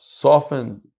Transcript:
softened